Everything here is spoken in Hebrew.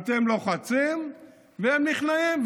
אתם לוחצים והם נכנעים,